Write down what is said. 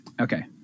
Okay